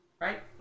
Right